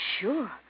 sure